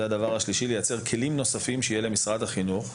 וכך יהיו כלים נוספים למשרד החינוך.